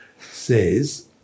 Says